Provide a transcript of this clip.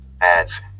ads